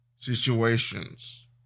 situations